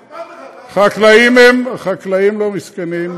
לא יעזור לך שאתה תצעק עליי.